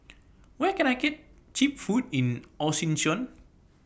Where Can I get Cheap Food in Asuncion